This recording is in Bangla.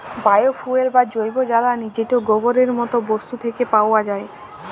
বায়ো ফুয়েল বা জৈব জ্বালালী যেট গোবরের মত বস্তু থ্যাকে পাউয়া যায়